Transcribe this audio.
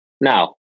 Now